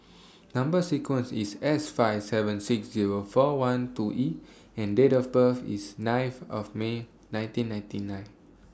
Number sequence IS S five seven six Zero four one two E and Date of birth IS ninth of May nineteen ninety nine